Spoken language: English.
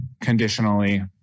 conditionally